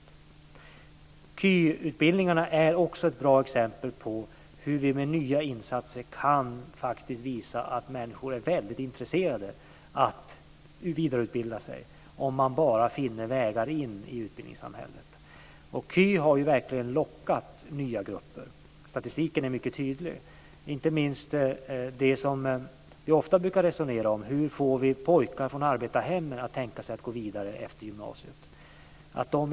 Också KY-utbildningarna är ett bra exempel på att vi med nya insatser kan visa att människor faktiskt är väldigt intresserade av att vidareutbilda sig, om de bara finner vägar in i utbildningssamhället. KY har verkligen lockat nya grupper. Statistiken är mycket tydlig. Vi brukar inte minst ofta resonera om hur vi ska få pojkar från arbetarhemmen att tänka sig att gå vidare efter gymnasiet.